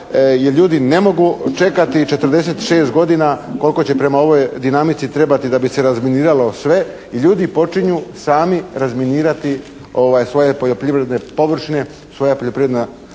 ljudi ne mogu čekati 46 godina koliko će prema ovoj dinamici trebati da bi se razminiralo sve. Ljudi počinju sami razminirati svoje poljoprivredne površine, svoja poljoprivredna